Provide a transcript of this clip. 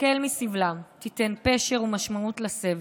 תקל מסבלם, תיתן פשר ומשמעות לסבל.